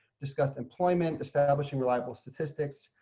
discuss employment, establishing reliable statistics,